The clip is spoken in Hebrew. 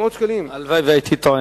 הלוואי שהייתי טועה.